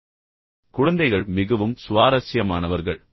இப்போது குழந்தைகள் மிகவும் சுவாரஸ்யமானவர்கள்